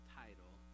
title